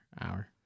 Hour